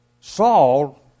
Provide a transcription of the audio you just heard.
Saul